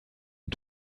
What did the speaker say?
den